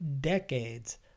decades